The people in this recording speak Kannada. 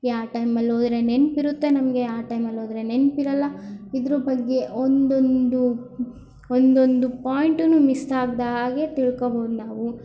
ಯಾವ ಟೈಮಲ್ಲಿ ಓದಿದ್ರೆ ನೆನಪಿರುತ್ತೆ ನಮಗೆ ಯಾವ ಟೈಮಲ್ಲಿ ಓದಿದ್ರೆ ನೆನಪಿರಲ್ಲ ಇದರ ಬಗ್ಗೆ ಒಂದೊಂದು ಒಂದೊಂದು ಪಾಯಿಂಟ್ನು ಮಿಸ್ಸಾಗದ ಹಾಗೆ ತಿಳ್ಕೊಬೋದು ನಾವು